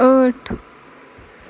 ٲٹھ